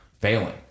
failing